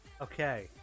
Okay